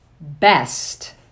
best